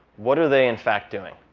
what are they in fact doing?